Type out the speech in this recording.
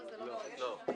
לא.